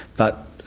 but